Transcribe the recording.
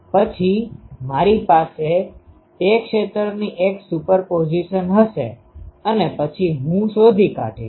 પછી મારી પાસે તે ક્ષેત્રોની એક સુપરપોઝિશન હશે અને પછી હું શોધી કાઢીશ